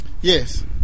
Yes